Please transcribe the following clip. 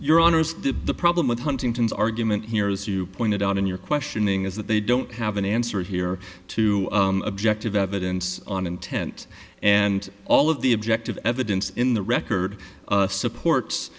your honors the problem with huntington's argument here as you pointed out in your questioning is that they don't have an answer here to objective evidence on intent and all of the objective evidence in the record supports